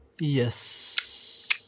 yes